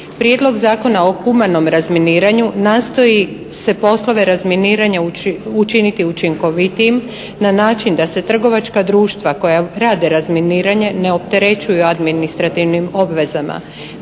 Prijedlog zakona o humanom razminiranju nastoji se poslove razminiranja učiniti učinkovitijim na način da se trgovačka društva koja rade razminiranje ne opterećuju administrativnim obvezama.